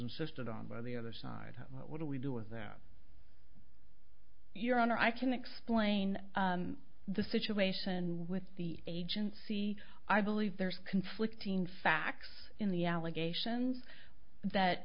insisted on by the other side what do we do with that your honor i can explain the situation with the agency i believe there's conflicting facts in the allegations that